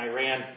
Iran